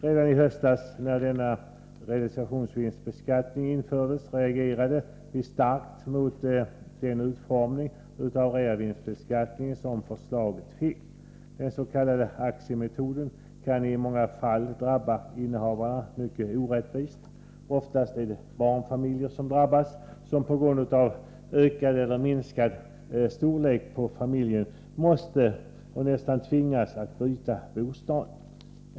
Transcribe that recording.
Redan i höstas, när denna realisationsvinstbeskattning infördes, reagerade vi starkt mot den utformning som förslaget om reavinstbeskattning fick. Den s.k. aktiemetoden kan i många fall drabba innehavarna mycket orättvist. Oftast är det barnfamiljer, som på grund av ökad eller minskad storlek på familjen måste — och nästan tvingas — att byta bostad.